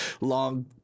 long